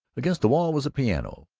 against the wall was a piano,